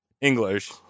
English